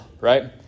right